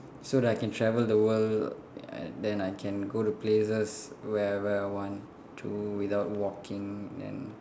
so that I can travel the world and then I can go to places wherever I want to without walking and